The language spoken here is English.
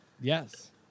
Yes